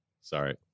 Sorry